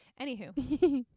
Anywho